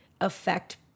affect